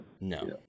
No